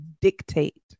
dictate